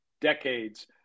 decades